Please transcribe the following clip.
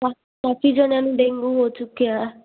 ਬਾ ਕਾਫੀ ਜਣਿਆ ਨੂੰ ਡੇਂਗੂ ਹੋ ਚੁੱਕਿਆ